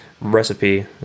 recipe